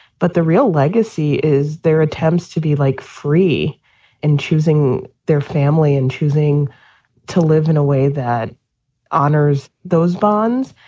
but the real legacy is their attempts to. we like free in choosing their family and choosing to live in a way that honors those bonds.